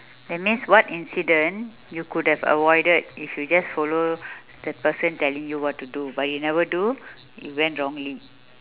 that means what incident you could have avoided if you just follow the person telling you what to do but you never do it went wrongly